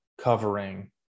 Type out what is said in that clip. covering